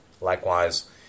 Likewise